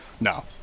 No